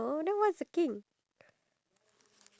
oh uh miss karen